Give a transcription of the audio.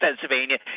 Pennsylvania